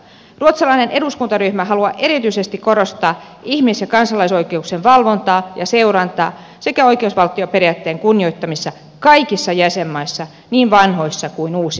ruotsalainen eduskuntaryhmä haluaa erityisesti korostaa ihmis ja kansalaisoikeuksien valvontaa ja seurantaa sekä oikeusvaltioperiaatteiden kunnioittamista kaikissa jäsenmaissa niin vanhoissa kuin uusissakin